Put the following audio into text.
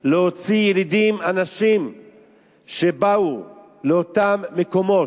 להוציא ילידים, אנשים שבאו לאותם מקומות.